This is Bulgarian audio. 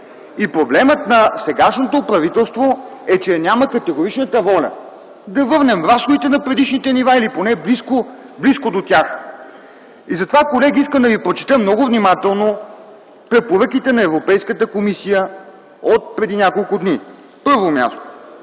Проблемът на сегашното правителство е, че няма категоричната воля да върнем разходите на предишните нива или поне близко до тях. Затова, колеги, искам да ви прочета много внимателно препоръките на Европейската комисия от преди няколко дни. На първо място,